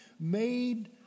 made